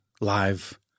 live